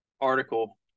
article